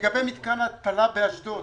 לגבי מתקן ההתפלה באשדוד,